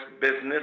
business